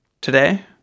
today